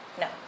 No